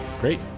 Great